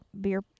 beer